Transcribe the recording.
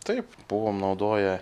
taip buvom naudoję